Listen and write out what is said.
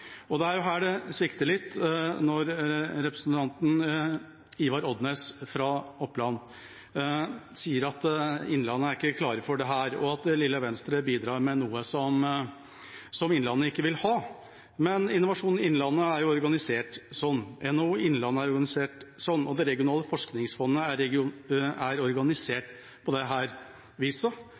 Slagsvold Vedum kan jo si hvilke av disse inndelingene han selv ikke har vært med på. Det høres ut som om dette egentlig er ganske ryddig i Innlandet. Det er her det svikter litt når representanten Ivar Odnes fra Oppland sier at Innlandet ikke er klar for dette, og at lille Venstre bidrar med noe som Innlandet ikke vil ha. Men Innovasjon Norge Innlandet er organisert sånn, NHO Innlandet er